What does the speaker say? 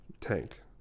Tank